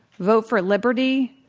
vote for liberty.